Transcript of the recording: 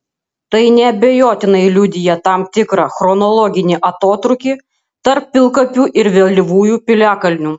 tai neabejotinai liudija tam tikrą chronologinį atotrūkį tarp pilkapių ir vėlyvųjų piliakalnių